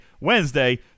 Wednesday